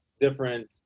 different